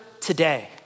today